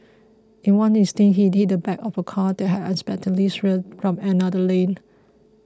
in one instance he hit the back of a car that had unexpectedly swerved from another lane